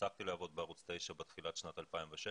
הפסקתי לעבוד בערוץ 9 בתחילת שנת 2016,